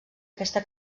aquesta